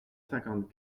cinquante